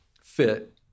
fit